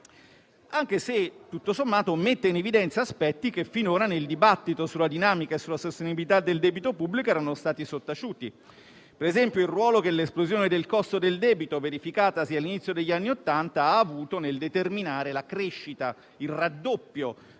anche se tutto sommato mette in evidenza aspetti che finora, nel dibattito sulla dinamica e sulla sostenibilità del debito pubblico, erano stati sottaciuti: per esempio, il ruolo che l'esplosione del costo del debito, verificatasi all'inizio degli anni Ottanta, ha avuto nel determinare il raddoppio